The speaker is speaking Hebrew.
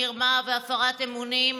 מרמה והפרת אמונים,